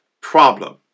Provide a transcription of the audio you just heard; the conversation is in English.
problem